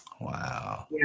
Wow